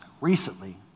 Recently